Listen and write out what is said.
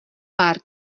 pár